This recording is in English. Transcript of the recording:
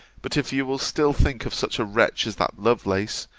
but if you will still think of such a wretch as that lovelace,